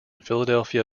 philadelphia